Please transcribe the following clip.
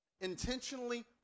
intentionally